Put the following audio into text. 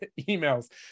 emails